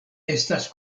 estas